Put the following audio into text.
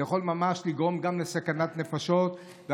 וזה יכול לגרום גם לסכנת נפשות ממש,